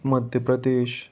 Madhya Pradesh